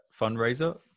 fundraiser